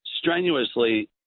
strenuously